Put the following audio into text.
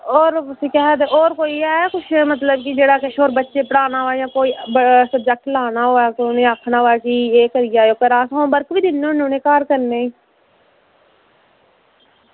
ते होर कोई ऐ ते किश होर मतलब कोई बच्चा पढ़ाना होऐ जां कोई सब्जेक्ट लैना होऐ ते उनेंगी सनाना होऐ ते होमवर्क बी दिन्ने होने उ'नेंगी घर करने गी